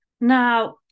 Now